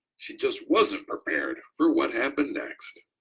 she just wasn't prepared for what happened next.